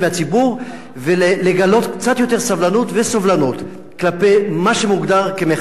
ולגלות קצת יותר סבלנות וסובלנות כלפי מה שמוגדר כמחאה חברתית.